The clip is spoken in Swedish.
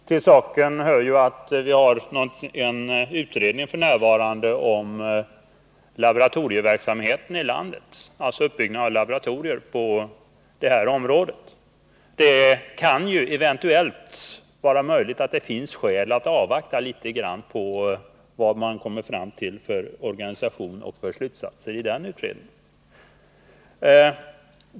Till saken hör att det f. n. pågår en utredning om laboratorieverksamheten i landet — alltså uppbyggnaden av laboratorier på det här området. Det kan ju vara möjligt att det finns skäl att avvakta litet grand och se vilken organisation den utredningen kommer att förorda och vilka slutsatser utredningen drar.